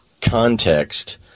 context